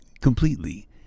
completely